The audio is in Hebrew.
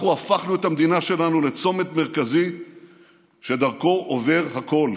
אנחנו הפכנו את המדינה שלנו לצומת מרכזי שדרכו עובר הכול.